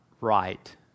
right